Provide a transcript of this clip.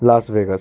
Las Vegas